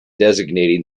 designating